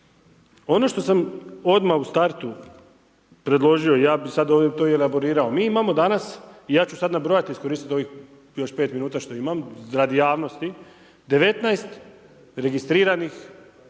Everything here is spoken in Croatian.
Ono što sam odmah u startu, predložio, ja bi sada ovim to i elaborirao. Mi imamo danas i ja ću sada nabrojati i iskoristiti ovih još 5 min što imam, radi javnosti, 19 registriranih